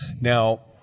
Now